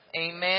Amen